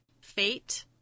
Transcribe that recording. fate